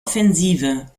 offensive